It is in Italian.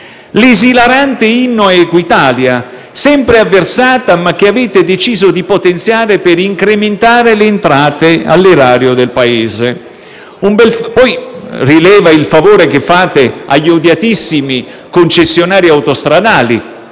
l'esilarante inno ad Equitalia, sempre avversata, ma che avete deciso di potenziare, per incrementare le entrate all'erario del Paese. Vanno poi rilevati il favore che fate agli odiatissimi concessionari autostradali,